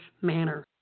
manner